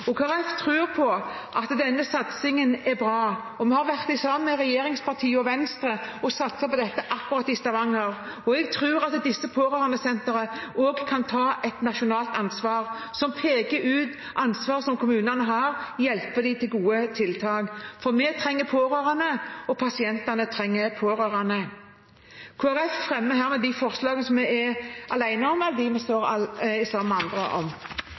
at denne satsingen er bra. Vi har sammen med regjeringspartiene og Venstre satset på dette i Stavanger. Jeg tror at disse pårørendesentrene også kan ta et nasjonalt ansvar, peke ut ansvaret som kommunene har, og hjelpe dem med gode tiltak, for vi trenger pårørende, og pasientene trenger pårørende. Jeg fremmer herved de forslagene som Kristelig Folkeparti er alene om, og dem vi står sammen med Venstre om.